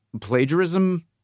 plagiarism